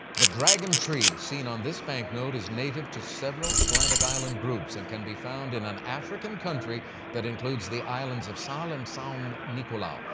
the dragon tree, seen on this banknote, is native to several atlantic island groups and can be found in an african country that includes the islands of sal and sao nicolau.